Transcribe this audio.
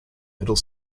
middle